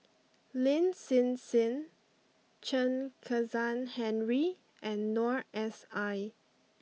Lin Hsin Hsin Chen Kezhan Henri and Noor S I